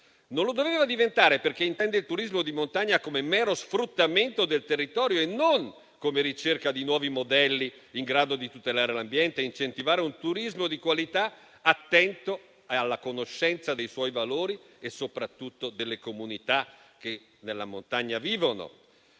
Non lo doveva diventare perché intende il turismo di montagna come mero sfruttamento del territorio e non come ricerca di nuovi modelli in grado di tutelare l'ambiente e incentivare un turismo di qualità, attento alla conoscenza dei suoi valori e soprattutto delle comunità che nella montagna vivono.